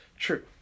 True